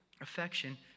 affection